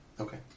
Okay